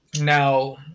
Now